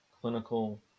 clinical